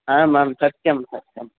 आम् आम् सत्यं सत्यं